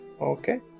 Okay